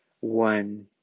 one